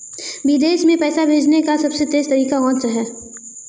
विदेश में पैसा भेजने का सबसे तेज़ तरीका कौनसा है?